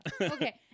Okay